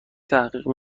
تحقیق